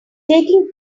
taking